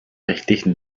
rechtlichen